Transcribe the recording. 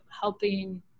helping